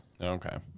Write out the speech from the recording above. Okay